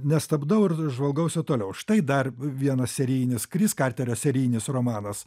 nestabdau ir žvalgausi toliau štai dar vienas serijinis kris karterio serijinis romanas